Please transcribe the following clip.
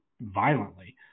violently